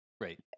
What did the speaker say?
Right